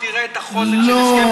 ותראה את החוזק של הסכם השלום.